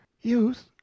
youth